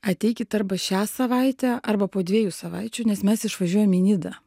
ateikit arba šią savaitę arba po dviejų savaičių nes mes išvažiuojam į nidą